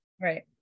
Right